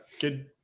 Good